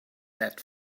that